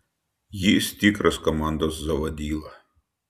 jis tikras komandos zavadyla